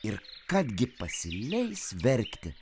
ir kadgi pasileis verkti